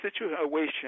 situation